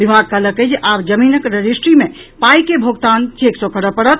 विभाग कहलक अछि जे आब जमीनक रजिस्ट्री मे पाई के भोगतान चेक सॅ करऽ पड़त